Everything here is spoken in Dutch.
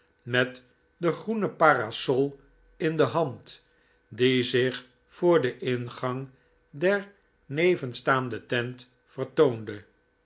met de groene parasol in de hand die zich voor den ingang der nevenstaande tent vertoonde